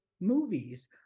movies